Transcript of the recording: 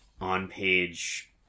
on-page